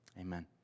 Amen